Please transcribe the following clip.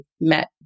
met